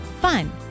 fun